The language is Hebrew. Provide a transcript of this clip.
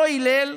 אותו הלל.